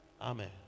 Amen